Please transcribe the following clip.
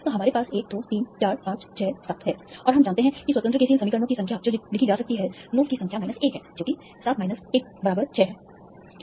तो हमारे पास 1 2 3 4 5 6 7 है और हम जानते हैं कि स्वतंत्र KCL समीकरणों की संख्या जो लिखी जा सकती है नोड्स की संख्या माइनस 1 है जो कि 7 माइनस 1 बराबर 6 है